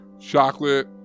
Chocolate